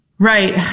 Right